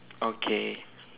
okay